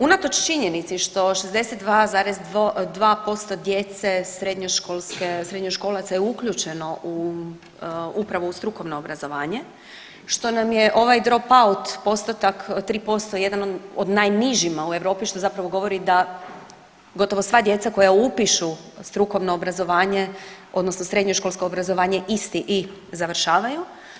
Unatoč činjenici što 62,2% djece srednjoškolske, srednjoškolaca je uključene u upravo u strukovno obrazovanje, što nam je ovaj dropout postotak 3% jedan od najnižima u Europi što zapravo govori da gotovo sva djeca koja upišu strukovno obrazovanje odnosno srednjoškolsko obrazovanje isti i završavaju.